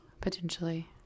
Potentially